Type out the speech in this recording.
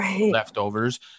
leftovers